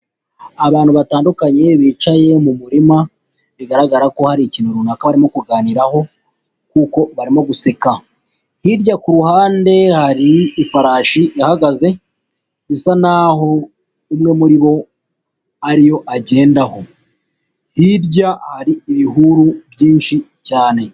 Abantu batandukanye bicaye mu murima bigaragara ko hari ikintu runaka barimo kuganiraho kuko barimo guseka, hirya ku ruhande hari ifarashi ihagaze bisa naho umwe muri bo ariyo agendaho, hirya hari ibihuru byinshi cyane.